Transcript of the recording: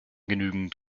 genügend